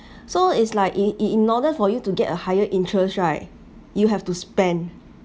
so is like in in order for you to get a higher interest right you have to spend